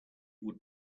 would